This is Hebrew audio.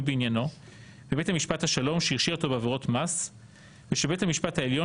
בעניינו - בבית משפט השלום שהרשיע אותו בעבירות מס ובבית המשפט העליון